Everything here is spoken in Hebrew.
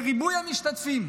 ריבוי המשתתפים,